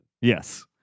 Yes